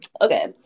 okay